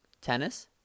tennis